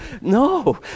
no